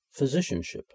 physicianship